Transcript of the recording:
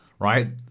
right